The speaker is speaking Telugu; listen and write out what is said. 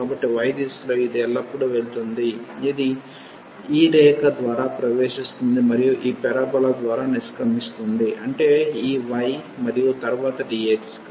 కాబట్టి y దిశలో ఇది ఎల్లప్పుడూ వెళుతుంది అది ఈ రేఖ ద్వారా ప్రవేశిస్తుంది మరియు ఈ పరబోలా ద్వారా నిష్క్రమిస్తుంది అంటే ఈ y మరియు తరువాత dx